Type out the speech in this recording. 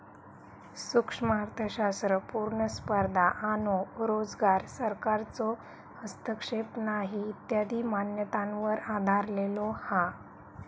सूक्ष्म अर्थशास्त्र पुर्ण स्पर्धा आणो रोजगार, सरकारचो हस्तक्षेप नाही इत्यादी मान्यतांवर आधरलेलो हा